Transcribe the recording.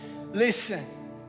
Listen